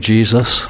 Jesus